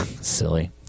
Silly